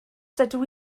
dydw